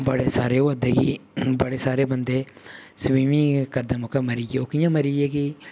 बड़े सारे होऐ दे कि बड़े सारे बन्दे स्वीमिंग करदे मौके मरी गे ओह् कि'यां मरी गे कि